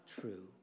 true